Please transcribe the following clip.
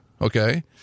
okay